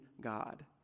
God